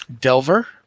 Delver